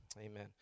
Amen